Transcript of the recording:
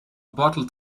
bottle